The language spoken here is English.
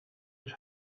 his